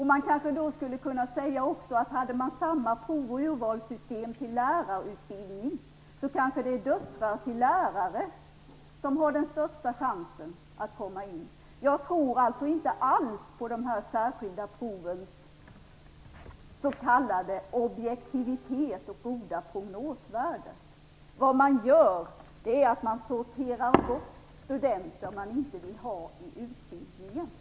Man kanske också skulle kunna säga, att om det var samma prov och urvalssystem till lärarutbildning var det döttrar till lärare som hade största chansen att komma in. Jag tror alltså inte alls på de särskilda provens s.k. objektivitet och goda prognosvärde. Vad man gör är att man sorterar bort studenter som man inte vill ha i utbildningen.